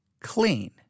clean